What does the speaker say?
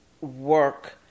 work